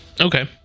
Okay